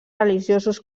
religiosos